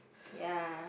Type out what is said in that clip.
ya